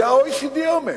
זה ה-OECD אומר,